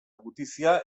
gutizia